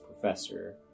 professor